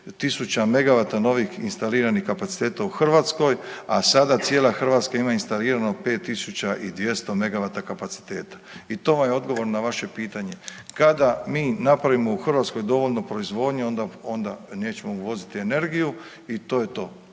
megavata novih instaliranih kapaciteta u Hrvatskoj, a sada cijela Hrvatska ima instalirano 5200 megavata kapaciteta. I to vam je odgovor na vaše pitanje. Kada mi napravimo u Hrvatskoj dovoljno proizvodnje onda, onda nećemo uvoziti energiju i to je to.